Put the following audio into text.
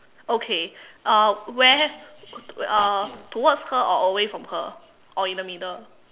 okay uh where uh towards her or away from her or in the middle